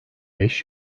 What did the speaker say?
beş